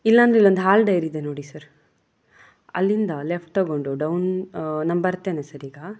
ಇಲ್ಲ ಅಂದ್ರೆ ಇಲ್ಲೊಂದು ಹಾಲು ಡೈರಿ ಇದೆ ನೋಡಿ ಸರ್ ಅಲ್ಲಿಂದ ಲೆಫ್ಟ್ ತಗೊಂಡು ಡೌನ್ ನಾನು ಬರ್ತೇನೆ ಸರ್ ಈಗ